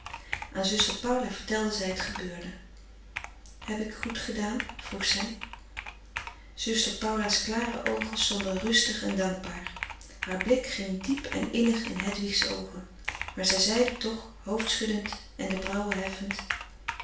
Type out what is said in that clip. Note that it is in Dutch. aan zuster paula vertelde zij het gebeurde heb ik goed gedaan vroeg zij zuster paula's klare oogen stonden rustig en dankbaar haar blik ging diep en innig in hedwig's oogen maar zij zeide toch hoofdschuddend en de brauwen heffend